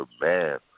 Man